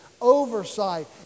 Oversight